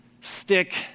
stick